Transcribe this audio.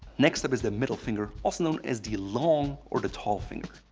next up is the middle finger, also known as the long or the tall finger.